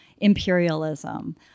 imperialism